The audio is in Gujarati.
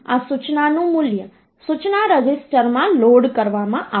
તેથી આ સૂચનાનું મૂલ્ય સૂચના રજિસ્ટરમાં લોડ કરવામાં આવશે